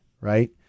right